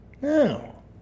No